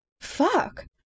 Fuck